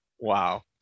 wow